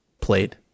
played